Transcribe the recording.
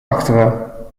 achteren